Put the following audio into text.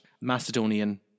Macedonian